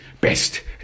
best